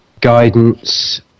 guidance